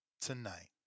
tonight